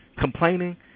Complaining